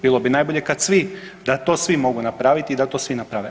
Bilo bi najbolje kad svi, da to svi mogu napraviti i da to svi naprave.